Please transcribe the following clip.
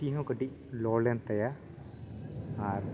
ᱛᱤ ᱦᱚᱸ ᱠᱟᱹᱴᱤᱡ ᱞᱚ ᱞᱮᱱ ᱛᱟᱭᱟ ᱟᱨ